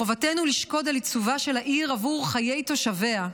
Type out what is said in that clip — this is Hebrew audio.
מחובתנו לשקוד על עיצובה של העיר עבור חיי תושביה,